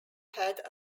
had